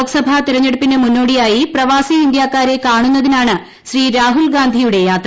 ലോക്സഭാ തെരഞ്ഞെടുപ്പിന് നാണ് മുന്നോടിയായി പ്രവാസി ഇന്ത്യാക്കാരെ കാണുന്നതിനാണ് ശ്രീ രാഹുൽ ഗാന്ധിയുടെ യാത്ര